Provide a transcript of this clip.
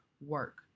Work